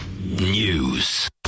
News